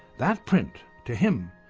that print, to him,